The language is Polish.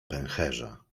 pęcherza